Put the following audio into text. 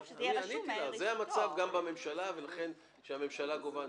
זה המצב גם בממשלה, ולכן כשהממשלה גובה ---